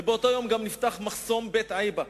ובאותו יום גם נפתח מחסום בית-עיבא.